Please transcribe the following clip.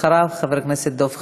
אחריו, חבר הכנסת דב חנין.